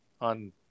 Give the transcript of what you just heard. On